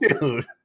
Dude